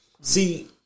See